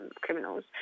criminals